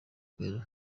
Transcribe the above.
nguesso